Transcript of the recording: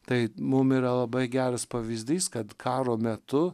tai mum yra labai geras pavyzdys kad karo metu